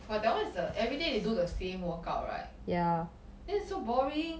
but that one is the everyday they do the same workout right then it's so boring